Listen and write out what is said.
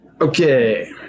Okay